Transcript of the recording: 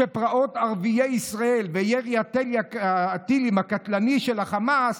שפרעות ערביי ישראל וירי הטילים הקטלני של החמאס,